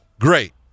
great